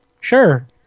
Sure